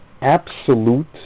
absolute